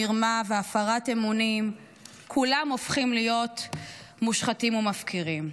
מרמה והפרת אמונים כולם הופכים להיות מושחתים ומפקירים.